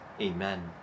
Amen